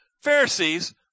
Pharisees